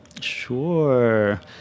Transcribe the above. sure